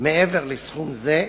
מעבר לסכום זה,